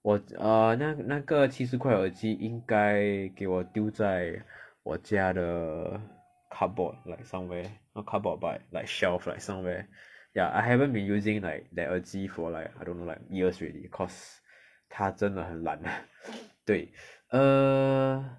我 err 那那个七十块的耳机应该给我丢在我家的 cardboard like somewhere not cardboard but like shelf like somewhere ya I haven't been using like that 耳机 for like I don't know like years already cause 它真的很烂对 err